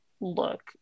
Look